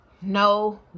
no